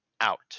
out